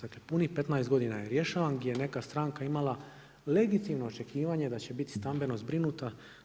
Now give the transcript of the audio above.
Dakle, punih 15 godina je rješavan, gdje je neka stranka imala legitimno očekivanje da će biti stambeno zbrinuta.